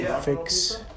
Fix